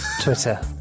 Twitter